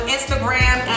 Instagram